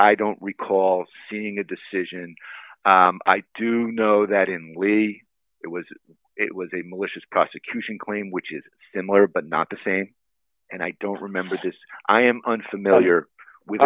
i don't recall seeing a decision and i do know that in it was it was a malicious prosecution claim which is similar but not the same and i don't remember this i am unfamiliar with